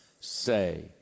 say